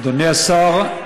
אדוני השר,